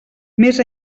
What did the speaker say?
més